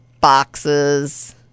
boxes